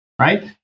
right